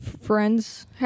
Friends